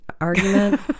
argument